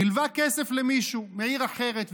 הלווה כסף למישהו מעיר אחרת,